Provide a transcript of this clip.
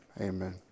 Amen